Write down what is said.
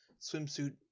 swimsuit